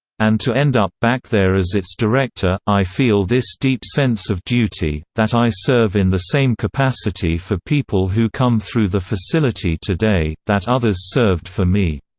and to end up back there as its director, i feel this deep sense of duty, that i serve in the same capacity for people who come through the facility today, that others served for me